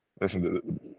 listen